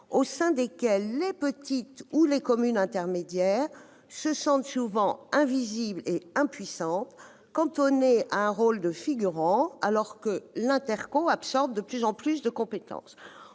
au sein desquelles les petites communes ou les communes intermédiaires se sentent invisibles et impuissantes, cantonnées à un rôle de figurantes, alors que l'intercommunalité absorbe de plus en plus de compétences.